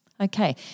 Okay